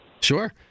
Sure